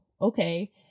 okay